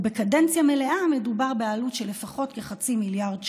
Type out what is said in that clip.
ובקדנציה מלאה מדובר בעלות של לפחות כחצי מיליארד שקלים.